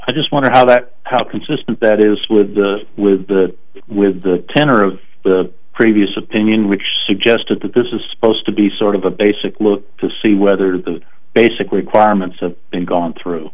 i just wonder how that how consistent that is with the with the with the tenor of the previous opinion which suggested that this is supposed to be sort of a basic look to see whether the basic requirements of been gone through